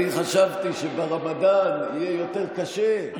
אני חשבתי שברמדאן יהיה יותר קשה,